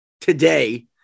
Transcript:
today